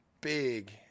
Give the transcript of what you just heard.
big